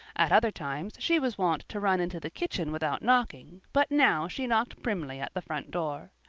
at other times she was wont to run into the kitchen without knocking but now she knocked primly at the front door.